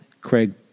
Craig